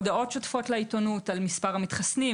הודעות שוטפות לעיתונות על מספר המתחסנים,